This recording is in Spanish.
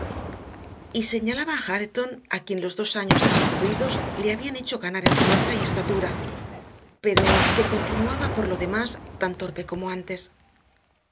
señalaba a hareton a quien los dos años transcurridos le habían hecho ganar en fuerza y estatura pero que continuaba por lo demás tan torpe como antes